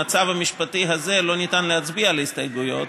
במצב המשפטי הזה לא ניתן להצביע על ההסתייגויות.